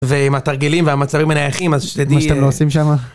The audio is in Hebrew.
ועם התרגילים והמצבים הנייחים אז שתדעי... מה שאתם לא עושים שמה